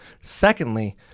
Secondly